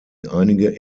einige